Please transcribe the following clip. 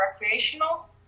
recreational